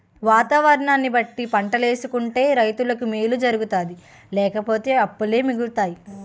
వాతావరణాన్ని బట్టి పంటలేసుకుంటే రైతులకి మేలు జరుగుతాది లేపోతే అప్పులే మిగులుతాయి